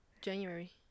January